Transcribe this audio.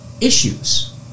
issues